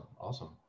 awesome